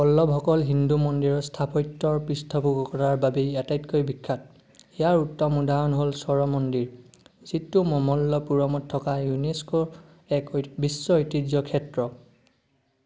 পল্লৱসকল হিন্দু মন্দিৰৰ স্থাপত্যৰ পৃষ্ঠপোষকতাৰ বাবেই আটাইতকৈ বিখ্যাত ইয়াৰ উত্তম উদাহৰণ হ'ল স্ৱৰ মন্দিৰ যিটো মমল্লপুৰমত থকা ইউনেস্ক'ৰ এক বিশ্ব ঐতিহ্য ক্ষেত্ৰ